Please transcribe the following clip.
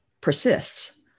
persists